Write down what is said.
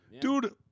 Dude